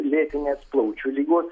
lėtinės plaučių ligos